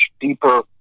deeper